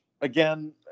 again